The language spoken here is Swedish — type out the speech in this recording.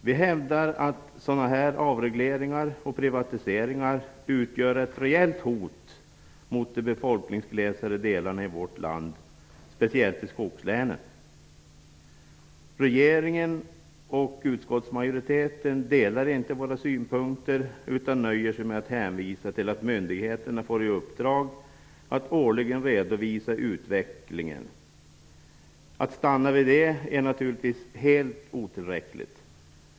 Vi hävdar att sådana avregleringar och privatiseringar utgör ett reellt hot mot de befolkningsglesare delarna i vårt land, speciellt i skogslänen. Regeringen och utskottsmajoriteten delar inte våra synpunkter, utan man nöjer sig med att hänvisa till att myndigheterna får i uppdrag att årligen redovisa utvecklingen. Att stanna vid detta är naturligtvis helt otillräckligt.